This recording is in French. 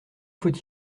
faut